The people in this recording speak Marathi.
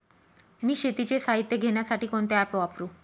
मी शेतीचे साहित्य घेण्यासाठी कोणते ॲप वापरु?